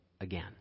again